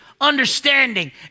understanding